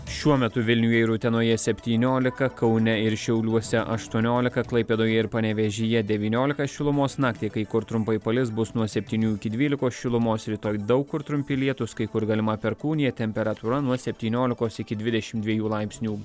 šiuo metu vilniuje ir utenoje septyniolika kaune ir šiauliuose aštuoniolika klaipėdoje ir panevėžyje devyniolika šilumos naktį kai kur trumpai palis bus nuo septynių iki dvylikos šilumos rytoj daug kur trumpi lietūs kai kur galima perkūnija temperatūra nuo septyniolikos iki dvidešim dviejų laipsnių